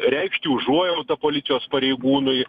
reikšti užuojautą policijos pareigūnui